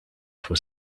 for